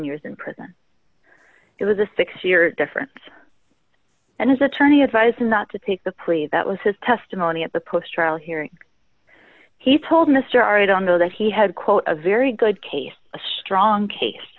years in prison it was a six year difference and his attorney advised not to take the plea that was his testimony at the push trial hearing he told mr arredondo that he had quote a very good case a strong case